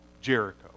Jericho